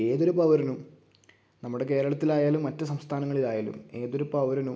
ഏതൊരു പൗരനും നമ്മുടെ കേരത്തിൽ ആയാലും മറ്റു സംസ്ഥാനങ്ങളിലായാലും ഏതൊരു പൗരനും